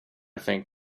think